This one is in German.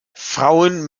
frauen